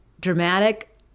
dramatic